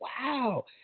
wow